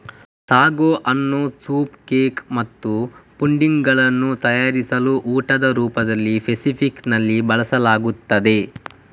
sago ಅನ್ನು soup cake ಮತ್ತು pudding ಗಳನ್ನು ತಯಾರಿಸಲು ಊಟದ ರೂಪದಲ್ಲಿ ಫೆಸಿಫಿಕ್ ನಲ್ಲಿ ಬಳಸಲಾಗುತ್ತದೆ